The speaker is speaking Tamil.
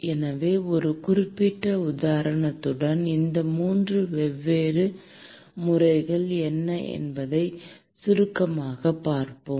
எனவே ஒரு குறிப்பிட்ட உதாரணத்துடன் இந்த 3 வெவ்வேறு முறைகள் என்ன என்பதை சுருக்கமாகப் பார்ப்போம்